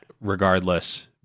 regardless